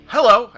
Hello